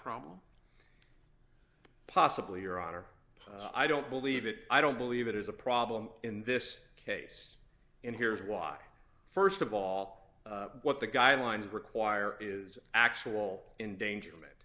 problem possibly your honor i don't believe it i don't believe it is a problem in this case and here is why st of all what the guidelines require is actual endangerment